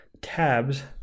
tabs